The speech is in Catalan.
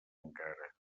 encara